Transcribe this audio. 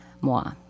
moi